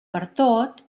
pertot